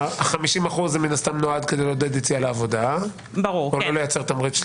ו-50% מן הסתם נועד כדי לעודד יציאה לעבודה ולא לייצר תמריץ שלילי.